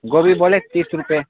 گوبھی بولے تیس روپئے